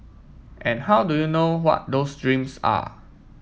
and how do you know what those dreams are